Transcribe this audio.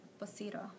basira